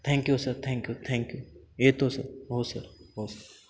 thank you sir thank you thank you येतो sir हो sir हो